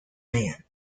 man